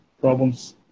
problems